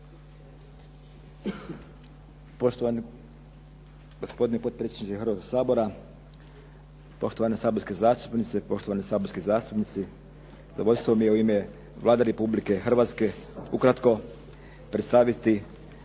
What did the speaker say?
Poštovani gospodine potpredsjedniče Hrvatskoga sabora, poštovane saborske zastupnice i poštovani saborski zastupnici. Zadovoljstvo mi je u ime Vlade Republike Hrvatske ukratko predstaviti